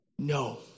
No